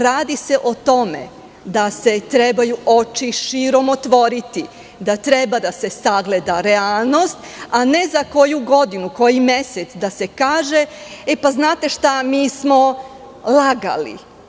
Radi se o tome da treba oči širom otvoriti, da treba da se sagleda realnost, a ne za koju godinu, koji mesec da se kaže – mi smo lagali.